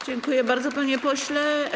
Dziękuję bardzo, panie pośle.